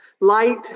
light